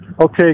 Okay